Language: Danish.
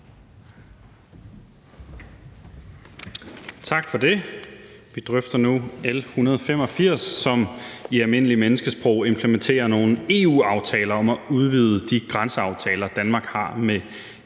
Tak for det. Vi drøfter nu L 185, som på almindeligt menneskesprog implementerer nogle EU-aftaler om at udvide de grænseaftaler, som Danmark har med EU.